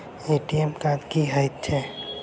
ATM card की हएत छै?